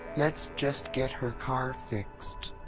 let's just get her car fixed.